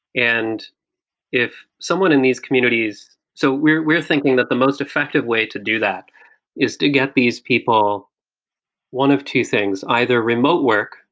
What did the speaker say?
and if someone in these communities so we're we're thinking that the most effective way to do that is to get these people one of two things, either remote work,